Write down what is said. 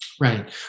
Right